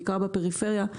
בעיקר בפריפריה.